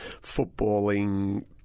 footballing